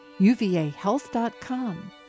UVAHealth.com